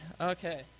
Okay